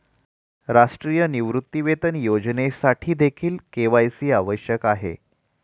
राष्ट्रीय निवृत्तीवेतन योजनेसाठीदेखील के.वाय.सी आवश्यक आहे